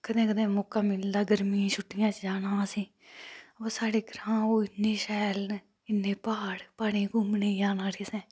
कदें कदें मौका मिलदा गर्मियें दियें छुट्टियें च असें गी जाने दा ओह् साढे ग्रां ओह् इन्ने शैल न इन्ने प्हाड़ प्हाड़ च घूमने गी जाना